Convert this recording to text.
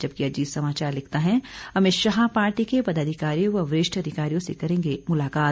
जबकि अजीत समाचार लिखता है अमित शाह पार्टी के पदाधिकारियों व वरिष्ठ अधिकारियों से करेंगे मुलाकात